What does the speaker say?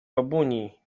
babuni